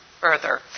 further